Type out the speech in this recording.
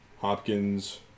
Hopkins